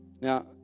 Now